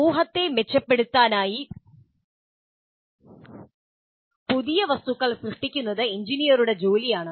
സമൂഹത്തെ മെച്ചപ്പെടുത്തുന്നതിനായി പുതിയ വസ്തുക്കൾ സൃഷ്ടിക്കുന്നത് എഞ്ചിനീയറുടെ ജോലിയാണ്